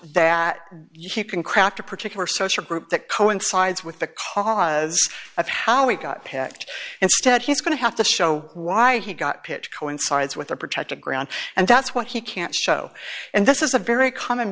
that you keep in cracked a particular social group that coincides with the cause of how we got picked instead he's going to have to show why he got pitch coincides with a protected ground and that's why he can't show and this is a very common